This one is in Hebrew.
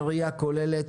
בראייה כוללת,